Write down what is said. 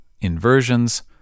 inversions